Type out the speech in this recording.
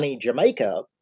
Jamaica